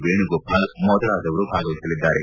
ವೇಣುಗೋಪಾಲ್ ಮೊದಲಾದವರು ಭಾಗವಹಿಸಲಿದ್ದಾರೆ